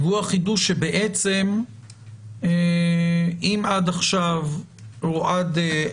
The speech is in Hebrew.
והוא החידוש שבעצם אם עד עכשיו או עד